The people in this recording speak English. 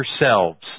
yourselves